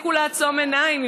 תפסיקו לעצום עיניים.